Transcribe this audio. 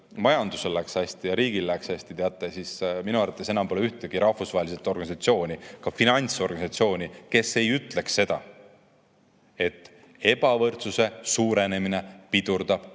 majandusel läheks hästi ja riigil läheks hästi, siis minu arvates enam pole ühtegi rahvusvahelist organisatsiooni, sealhulgas finantsorganisatsiooni, kes ei ütleks seda, et ebavõrdsuse suurenemine pidurdab